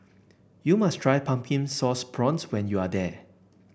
you must try Pumpkin Sauce Prawns when you are there